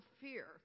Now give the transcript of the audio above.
fear